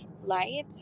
light